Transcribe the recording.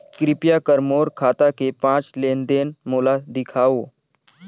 कृपया कर मोर खाता के पांच लेन देन मोला दिखावव